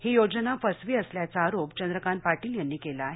ही योजना फसवी असल्याचा आरोप चंद्रकांत पाटील यांनी केला आहे